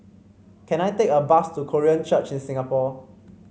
can I take a bus to Korean Church in Singapore